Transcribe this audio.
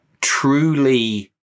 Truly